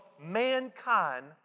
mankind